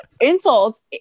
insults